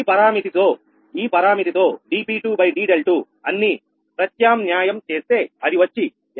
ఈ పరామితి తో ఈ పరామితి తో dp2 d∂2 అన్ని ప్రత్యామ్న్యాయం చేస్తే అది వచ్చి52